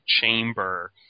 chamber